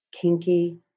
kinky